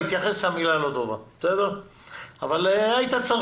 להתייחס זאת מילה לא טובה אבל היית צריך